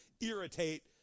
irritate